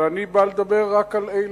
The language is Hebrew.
אבל אני בא לדבר רק על אלה.